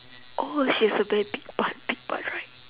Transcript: oh she has a very big butt big butt right